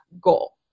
goal